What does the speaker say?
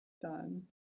done